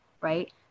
right